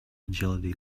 agility